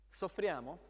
soffriamo